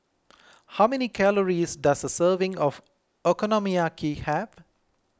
how many calories does a serving of Okonomiyaki have